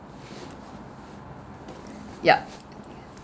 yup